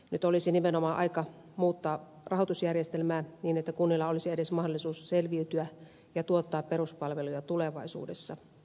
nyt olisi nimenomaan aika muuttaa rahoitusjärjestelmää niin että kunnilla olisi edes mahdollisuus selviytyä ja tuottaa peruspalveluja tulevaisuudessa